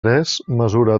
mesura